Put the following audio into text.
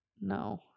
No